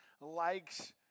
likes